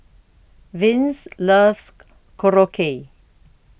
Vince loves Korokke